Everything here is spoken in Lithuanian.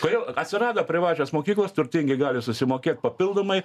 kodėl atsirado privačios mokyklos turtingi gali susimokėt papildomai